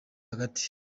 hagati